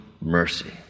mercy